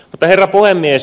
herra puhemies